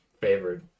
favorite